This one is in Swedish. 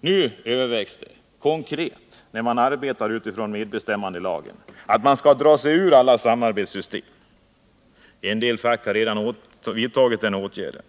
Det som nu övervägs konkret, när man arbetar utifrån medbestämmandelagen, är att facket skall dra sig ur alla samarbetssystem. En del fack har redan vidtagit den åtgärden.